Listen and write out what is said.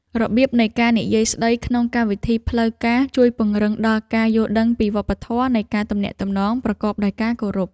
របៀបនៃការនិយាយស្តីក្នុងកម្មវិធីផ្លូវការ ជួយពង្រឹងដល់ការយល់ដឹងពីវប្បធម៌នៃការទំនាក់ទំនងប្រកបដោយការគោរព។